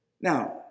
Now